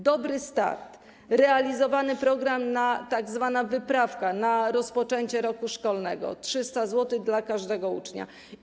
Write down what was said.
Dobry start” to realizowany program - tzw. wyprawka na rozpoczęcie roku szkolnego, 300 zł dla każdego ucznia.